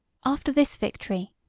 after this victory,